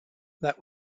that